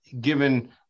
given